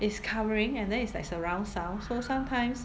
it's covering and then it's like surround sound so sometimes